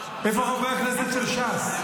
איפה חברי הכנסת של ש"ס?